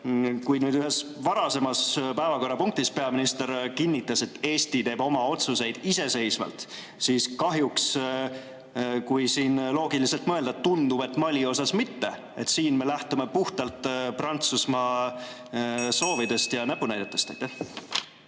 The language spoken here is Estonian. kardame? Ühes varasemas päevakorrapunktis peaminister kinnitas, et Eesti teeb oma otsuseid iseseisvalt, aga kahjuks, kui loogiliselt mõelda, tundub, et Mali osas mitte. Siin me lähtume puhtalt Prantsusmaa soovidest ja näpunäidetest.